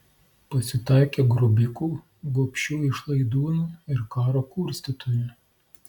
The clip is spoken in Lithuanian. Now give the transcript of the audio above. pasitaikė grobikų gobšių išlaidūnų ir karo kurstytojų